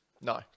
No